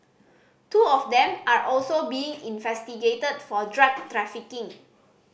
two of them are also being investigated for drug trafficking